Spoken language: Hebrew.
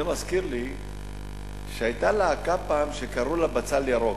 זה מזכיר לי שהיתה פעם להקה שקראו לה "בצל ירוק".